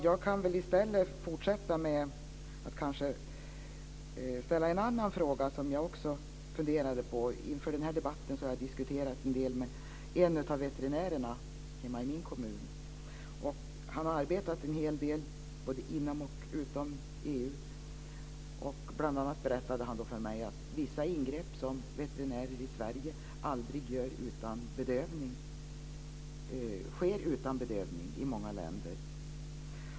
Jag kan i stället fortsätta med att ställa en annan fråga som jag också funderat på. Inför den här debatten har jag diskuterat en del med en av veterinärerna hemma i min kommun. Han har arbetat en hel del både inom och utom EU. Han berättade bl.a. för mig att vissa ingrepp som veterinärer i Sverige aldrig gör utan bedövning sker utan bedövning i många länder.